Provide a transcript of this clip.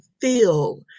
feel